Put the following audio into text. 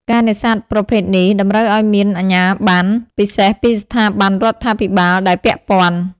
ការនេសាទប្រភេទនេះតម្រូវឱ្យមាន អាជ្ញាប័ណ្ណ ពិសេសពីស្ថាប័នរដ្ឋាភិបាលដែលពាក់ព័ន្ធ